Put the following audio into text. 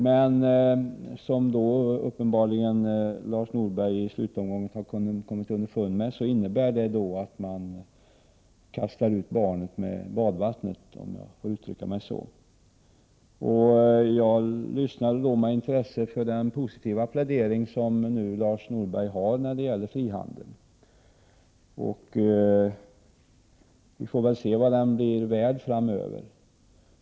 Men som Lars Norberg i slutomgången uppenbarligen har kommit underfund med, innebär detta att man kastar ut barnet med badvattnet, om jag får uttrycka mig så. Jag lyssnade därför med intresse till den positiva plädering som Lars Norberg gjorde för frihandel — vi får väl se vad den är värd framöver.